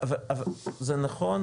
אבל זה נכון,